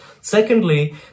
Secondly